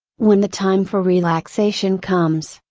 when the time for relaxation comes,